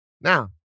Now